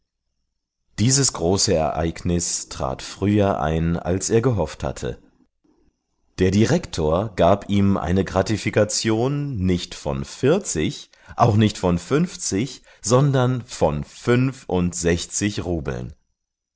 dieses große ereignis trat früher ein als er gehofft hatte der direktor gab ihm eine gratifikation nicht von vierzig auch nicht von fünfzig sondern von fünfundsechzig rubeln